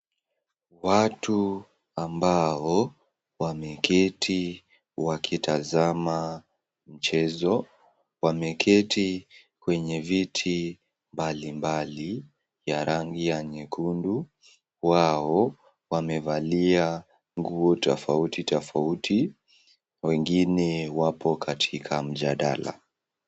Watu ambao wameketi wakitazama mchezo, wameketi kwenye viti mbalimbali ya rangi ya nyekundu. Wao wamevalia nguo tofauti tofauti, wengine wapo katika mjadala.